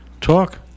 Talk